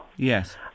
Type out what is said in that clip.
Yes